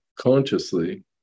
consciously